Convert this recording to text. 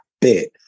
bit